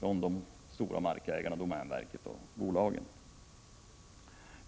de större markägarna domänverket och bolagen ställt sig villiga att göra.